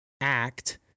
act